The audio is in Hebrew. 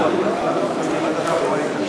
להעביר את הצעת חוק שירות